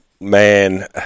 man